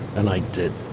and i did.